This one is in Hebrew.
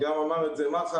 אמר את זה גם מח"א,